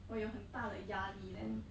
我有很大的压力 then